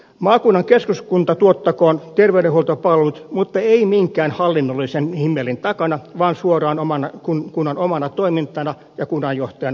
maakunnan keskuskunta tuottakoon terveydenhuoltopalvelut mutta ei minkään hallinnollisen himmelin takana vaan suoraan kunnan omana toimintana ja kunnanjohtajan alaisuudessa